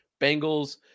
Bengals